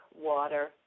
water